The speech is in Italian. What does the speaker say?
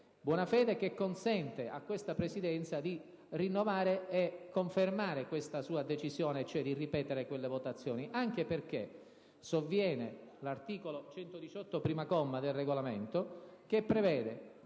Buona fede che consente, a questa Presidenza, di rinnovare e confermare questa sua decisione, coè di ripetere quelle votazioni. Sovviene in tal senso anche l'articolo 118, comma 1, del Regolamento, che prevede